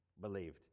believed